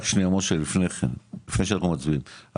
לפני שאנחנו מצביעים,